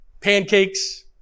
Pancakes